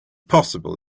possible